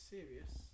Serious